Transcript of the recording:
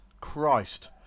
Christ